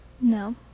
No